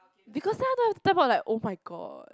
because now don't have type out like oh-my-god